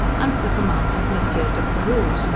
under the command of monsieur de perrouse,